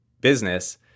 business